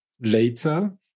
later